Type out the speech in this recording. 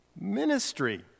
ministry